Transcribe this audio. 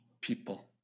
people